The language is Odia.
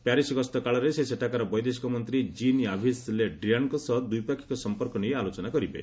ପ୍ୟାରିସ୍ ଗସ୍ତ କାଳରେ ସେ ସେଠାକାର ବୈଦେଶିକମନ୍ତ୍ରୀ କ୍ରିନ ୟାଭିସ୍ ଲେ ଡ୍ରିଆନଙ୍କ ସହ ଦ୍ୱିପାକ୍ଷିକ ସଂପର୍କ ନେଇ ଆଲୋଚନା କରିବେ